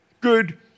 good